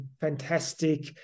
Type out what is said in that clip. fantastic